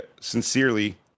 sincerely